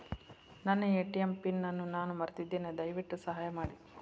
ನನ್ನ ATM PIN ಅನ್ನು ನಾನು ಮರೆತಿದ್ದೇನೆ, ದಯವಿಟ್ಟು ಸಹಾಯ ಮಾಡಿ